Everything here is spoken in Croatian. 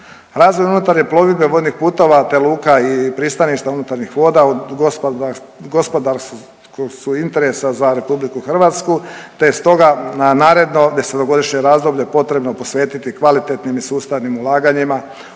Razvoj unutarnje plovidbe, vojnih putova te luka i pristaništa unutarnjih voda od gospodarskog su interesa za RH te je stoga naredno desetogodišnje razdoblje potrebno posvetiti kvalitetnim i sustavnim ulaganjima